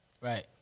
Right